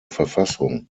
verfassung